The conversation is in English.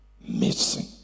missing